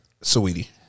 Sweetie